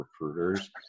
recruiters